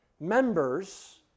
Members